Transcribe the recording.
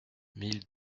mille